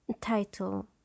Title